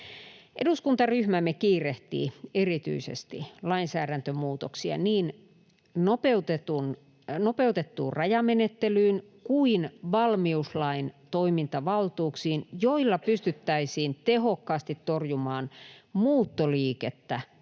Eduskuntaryhmämme kiirehtii erityisesti lainsäädäntömuutoksia niin nopeutettuun rajamenettelyyn kuin valmiuslain toimintavaltuuksiin, joilla pystyttäisiin tehokkaasti torjumaan muuttoliikettä